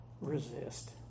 resist